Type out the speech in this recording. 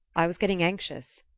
i was getting anxious.